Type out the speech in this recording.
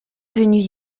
venus